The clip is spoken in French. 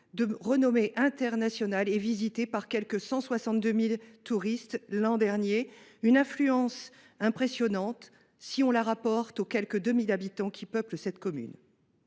de renommée internationale, a été visité par 162 000 touristes l’an dernier. Cette affluence est impressionnante si on la rapporte aux quelque 2 000 habitants qui peuplent la commune.